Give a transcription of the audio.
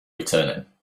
returning